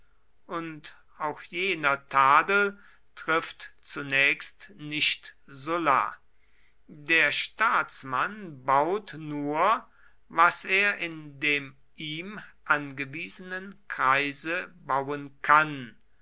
und auch jener tadel trifft zunächst nicht sulla der staatsmann baut nur was er in dem ihm angewiesenen kreise bauen kann